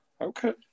okay